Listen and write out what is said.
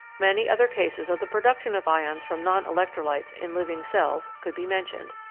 many other cases of the production of ions from non-electrolytes in living cells could be mentioned.